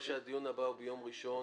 מכיוון שהדיון הבא הוא ביום ראשון,